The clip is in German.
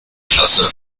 klasse